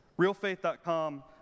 Realfaith.com